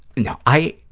no, i,